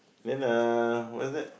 then uh what's that